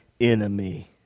enemy